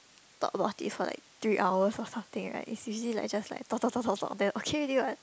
talk about it for like three hours or something right it's usually like just like talk talk talk talk talk then okay already what